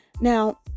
Now